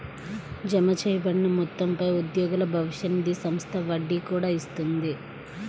జమచేయబడిన మొత్తంపై ఉద్యోగుల భవిష్య నిధి సంస్థ వడ్డీ కూడా ఇస్తుంది